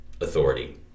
authority